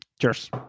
Cheers